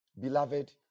Beloved